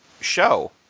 show